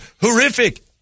horrific